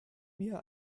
mir